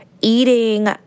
eating